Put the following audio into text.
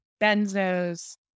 Benzos